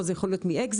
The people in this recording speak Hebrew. זה יכול להיות מאקזיטים.